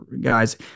guys